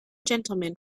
gentleman